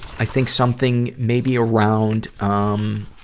i think something maybe around, um,